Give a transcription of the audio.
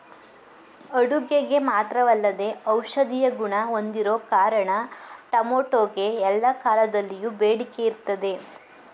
ಅಡುಗೆಗೆ ಮಾತ್ರವಲ್ಲದೇ ಔಷಧೀಯ ಗುಣ ಹೊಂದಿರೋ ಕಾರಣ ಟೊಮೆಟೊಗೆ ಎಲ್ಲಾ ಕಾಲದಲ್ಲಿಯೂ ಬೇಡಿಕೆ ಇರ್ತದೆ